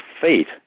fate